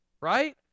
right